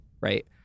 Right